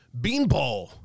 Beanball